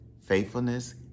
faithfulness